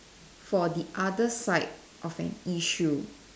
for the other side of an issue